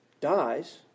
dies